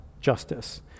justice